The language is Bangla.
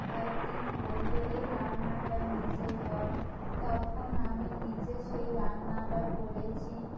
একদিন বলতো এই রান্নাটা নিজে কর তখন আমি নিজে সেই রান্নাটা করেছি